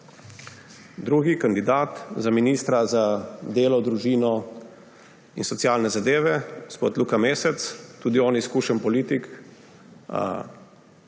Drugi kandidat za ministra za delo, družino in socialne zadeve – gospod Luka Mesec. Tudi on je izkušen politik,